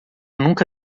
nunca